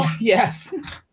Yes